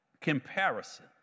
comparison